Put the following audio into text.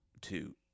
Two